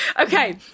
Okay